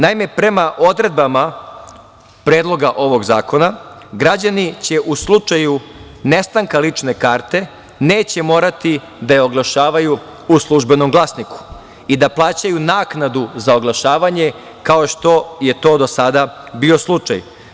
Naime, prema odredbama Predloga ovog zakona građani će u slučaju nestanka lične karte neće morati da je oglašavaju u „Službenom glasniku“ i da plaćaju naknadu za oglašavanje kao što je to do sada bilo slučaj.